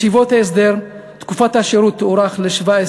ישיבות ההסדר, תקופת השירות תוארך ל-17